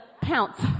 pounce